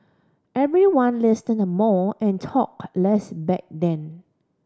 everyone listened more and talked less back then